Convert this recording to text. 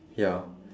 ya